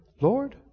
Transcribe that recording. Lord